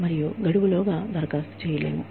మరియు గడువులోగా దరఖాస్తు చేయలేము